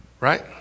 right